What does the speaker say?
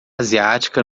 asiática